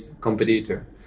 competitor